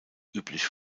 üblich